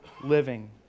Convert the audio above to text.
living